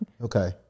Okay